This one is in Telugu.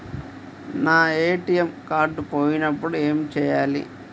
నా ఏ.టీ.ఎం కార్డ్ పోయినప్పుడు ఏమి చేయాలి?